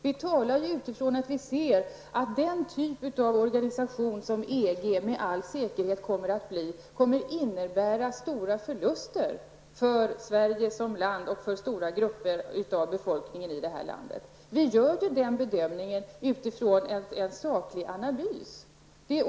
Vi talar utifrån vad vi ser: Den typ av organisation som EG med all säkerhet blir kommer att innebära stora förluster för Sverige som nation och för stora grupper av den svenska befolkningen. Vi gör den bedömningen utifrån en saklig analys.